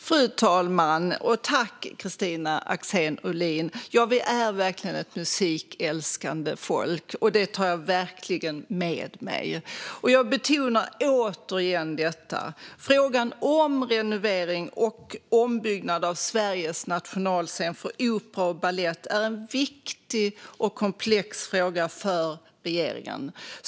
Fru talman! Ja, vi är verkligen ett musikälskande folk, och det tar jag verkligen med mig. Jag betonar återigen detta: Frågan om renovering och ombyggnad av Sveriges nationalscen för opera och balett är en viktig och komplex fråga för regeringen.